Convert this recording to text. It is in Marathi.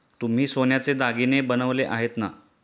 तुम्ही सोन्याचे दागिने बनवले आहेत ना?